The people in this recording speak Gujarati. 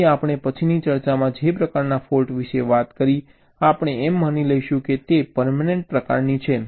તેથી આપણે પછીની ચર્ચામાં જે પ્રકારના ફૉલ્ટ્સ વિશે વાત કરી આપણે એમ માની લઈશું કે તે પરમેનન્ટ પ્રકારની છે